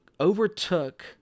overtook